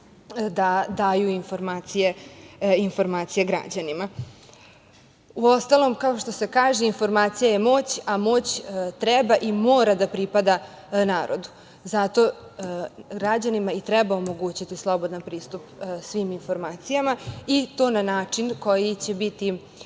da daju informacije građanima. Uostalom, kao što se kaže, informacija je moć, a moć treba i mora da pripada narodu. Zato građanima i treba omogućiti slobodan pristup svim informacijama i to na način koji će biti